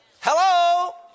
Hello